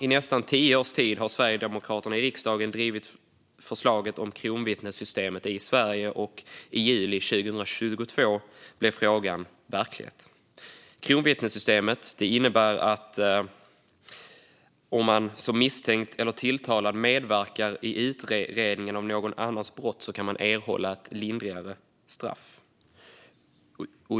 I nästan tio års tid har Sverigedemokraterna i riksdagen drivit förslaget om ett kronvittnessystem i Sverige, och i juli 2022 blev det verklighet. Kronvittnessystemet innebär att om man som misstänkt eller tilltalad medverkar i utredningen av någon annans brott kan man erhålla ett lindrigare straff.